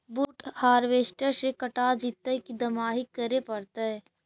बुट हारबेसटर से कटा जितै कि दमाहि करे पडतै?